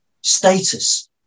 status